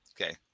Okay